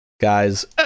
guys